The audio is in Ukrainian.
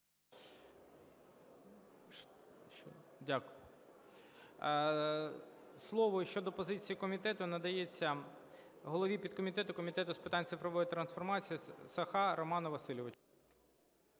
Дякую. Слово щодо позиції комітету надається голові підкомітету Комітету з питань цифрової трансформації. Соха Роман Васильович.